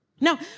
Now